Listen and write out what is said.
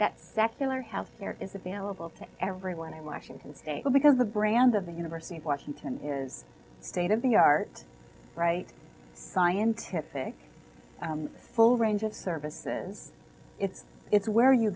that secular health care is available to everyone in washington state because the brand of the university of washington is state of the art right scientific full range of services is where you